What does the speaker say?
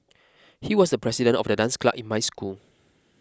he was the president of the dance club in my school